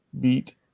beat